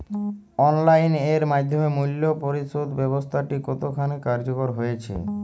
Online এর মাধ্যমে মূল্য পরিশোধ ব্যাবস্থাটি কতখানি কার্যকর হয়েচে?